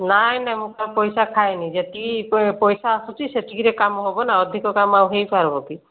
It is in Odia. ନାହିଁ ନାହିଁ ମୁଁ କାହା ପଇସା ଖାଏନାହିଁ ଯେତିକି ପଇସା ଆସୁଛି ସେତିକିରେ କାମ ହେବ ନା ଅଧିକ କାମ ଆଉ ହୋଇପାରିବ କି